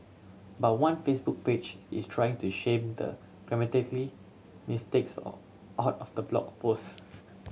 but one Facebook page is trying to shame the grammatically mistakes out of the blog post